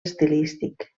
estilístic